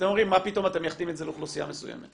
אתם אומרים: מה פתאום אתם מייחדים את זה לאוכלוסייה מסוימת?